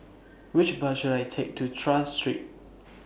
Which Bus should I Take to Tras Street